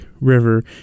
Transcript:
River